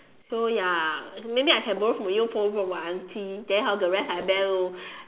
so ya maybe I can borrow from you borrow from my aunty then hor the rest I bank loan